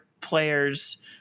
players